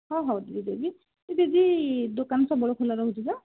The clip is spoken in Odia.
ହଉ ହଉ ଦିଦି ଦେବି ଦିଦି ଦୋକାନ ସବୁବେଳେ ଖୋଲା ରହୁଛି ତ